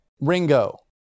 Ringo